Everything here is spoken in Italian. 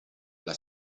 alla